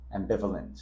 ambivalent